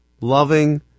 loving